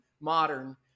modern